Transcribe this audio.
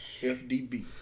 FDB